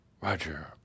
Roger